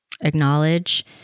acknowledge